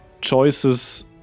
choices